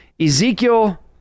Ezekiel